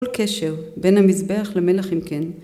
כל קשר בין המזבח למלח אם כן.